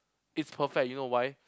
it's perfect you know why